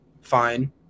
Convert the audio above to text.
fine